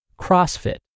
CrossFit